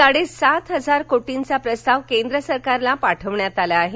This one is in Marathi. साडे सात हजार कोटींचा प्रस्ताव केंद्र सरकारला पाठविण्यात आला आहे